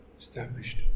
established